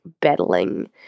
battling